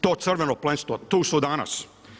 To crveno plemstvo, tu su danas.